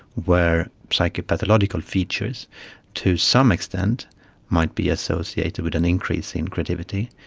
where psychopathological features to some extent might be associated with an increase in creativity,